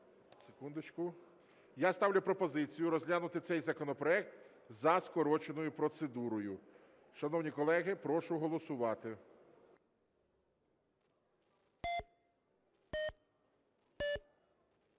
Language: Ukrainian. Я ставлю пропозицію розглянути цей законопроект за скороченою процедурою. Шановні колеги, прошу голосувати.